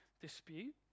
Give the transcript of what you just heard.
dispute